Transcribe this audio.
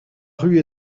rue